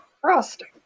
frosting